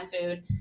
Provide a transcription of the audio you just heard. food